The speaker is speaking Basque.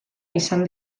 izan